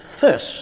first